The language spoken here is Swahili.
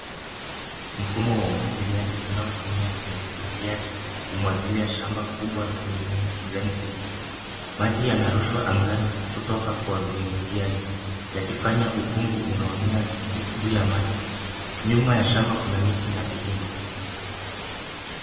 Mfumo wa umwagiliaji unaotumia vinyunyuziaji kumwagilia shamba kubwa la mimea ya kijani kibichi. Maji yanarushwa angani kutoka kwa vinyunyuziaji yakifanya ukungu unaonea juu ya maji. Nyuma ya shamba kuna miti na vilima.